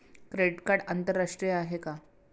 Credit card आंतरराष्ट्रीय आहे का?